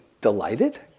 delighted